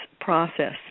process